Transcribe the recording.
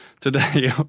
today